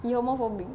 he homophobic